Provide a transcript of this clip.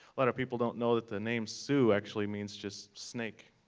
lot of people don't know that the name sioux actually means just snake,